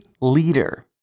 Leader